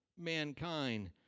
mankind